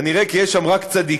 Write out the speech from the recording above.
כנראה כי יש שם רק צדיקים,